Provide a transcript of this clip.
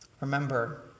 Remember